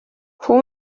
fou